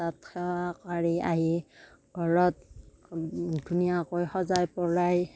তাত সেৱা কৰি আহি ঘৰত ধুনীয়াকৈ সজাই পৰাই